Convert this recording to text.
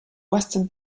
western